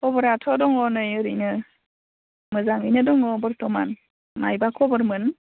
खबराथ' दङ नै ओरैनो मोजाङैनो दङ बरथ'मान माबा खबरमोन